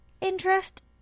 interest